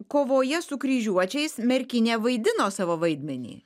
kovoje su kryžiuočiais merkinė vaidino savo vaidmenį